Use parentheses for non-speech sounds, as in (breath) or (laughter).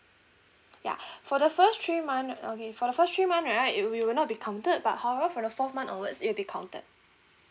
ya (breath) for the first three month uh okay for the first three month right it will not be counted but however for the fourth month onwards it'll be counted